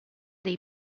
dei